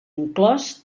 inclòs